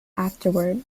afterward